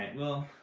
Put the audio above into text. well,